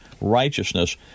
righteousness